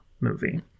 movie